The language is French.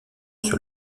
sur